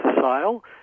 sale